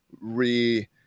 re